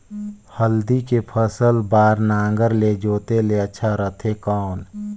हल्दी के फसल बार नागर ले जोते ले अच्छा रथे कौन?